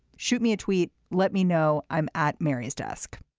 shoot me a tweet let me know. i'm at maria's desk